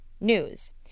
News